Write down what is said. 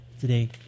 today